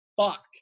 fuck